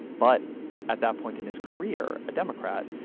but at that point in his career, a democrat,